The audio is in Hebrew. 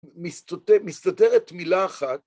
מסתתרת מילה אחת.